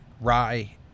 rye